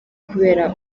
kubera